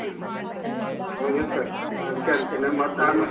ಹ್ಞೂ ಹೌದಲ್ಲ ಸರ್ ನಾನು ಅದಕ್ಕೆ ಅಂತೀನಿ ಮತ್ತೆ ಆಮೇಲೆ